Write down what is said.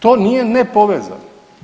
To nije nepovezano.